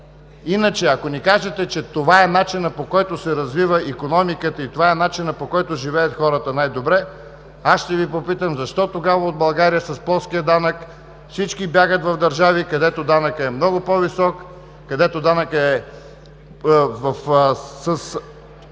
иначе, ако ни кажете, че това е начинът, по който се развива икономиката и това е начинът, по който хората живеят най-добре, аз ще Ви попитам: защо тогава в България с плоския данък всички бягат в държави, където данъкът е много по-висок, където данъкът е с